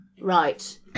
Right